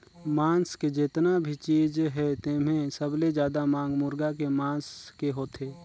मांस के जेतना भी चीज हे तेम्हे सबले जादा मांग मुरगा के मांस के होथे